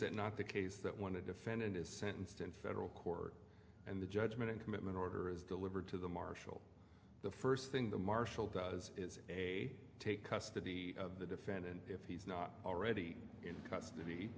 it not the case that one a defendant is sentenced in federal court and the judgment and commitment order is delivered to the marshal the first thing the marshal does is a take custody of the defendant if he's not already in custody